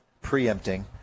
preempting